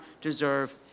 deserve